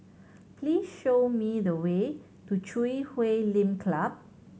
please show me the way to Chui Huay Lim Club